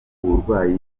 uburwayi